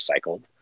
recycled